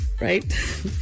right